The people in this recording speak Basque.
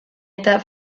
eta